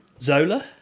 Zola